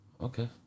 Okay